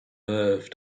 nerve